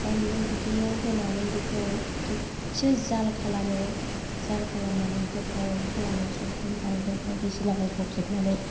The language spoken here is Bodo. बानलु बिदैयाव होनानै बेखौ थिगसे जाल खालामो जाल खालामनानै गोथाव खालामो संख्रि बानलु बायदिसिना होफबजोबनानै